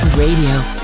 Radio